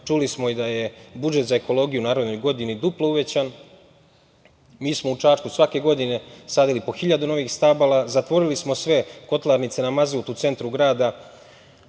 Čuli smo i da je budžet za ekologiju u narednoj godini duplo uvećan. Mi smo u Čačku svake godine sadili po 1.000 novih stabala, zatvorili smo sve kotlarnice na mazut u centru grada.